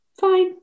fine